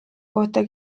kohta